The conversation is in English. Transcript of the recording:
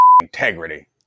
integrity